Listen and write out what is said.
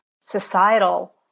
societal